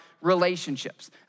relationships